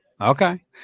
okay